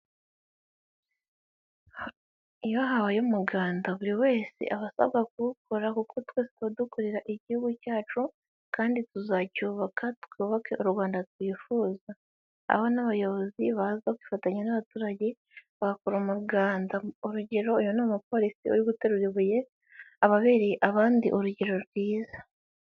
Iyo habaye umuganda buri wese aba asabwa kuwukora kuko twe tuba dukorera igihugu cyacu kandi tuzacyubaka twubake u Rwanda twifuza, aho n'abayobozi baza kwifatanya n'abaturage bakora umuganda, urugero uyu ni umu polisi uri guterura ibuye ababereye abandi urugero rwiza.